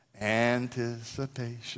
anticipation